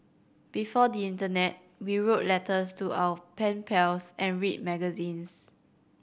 before the internet we wrote letters to our pen pals and read magazines